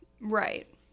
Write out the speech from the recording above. Right